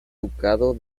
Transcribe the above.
ducado